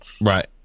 Right